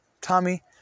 Tommy